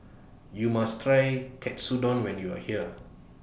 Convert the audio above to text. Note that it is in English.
YOU must Try Katsudon when YOU Are here